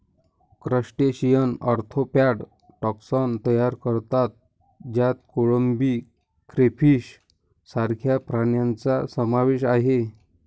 crustaceans arthropod taxon तयार करतात ज्यात कोळंबी, क्रेफिश सारख्या प्राण्यांचा समावेश आहे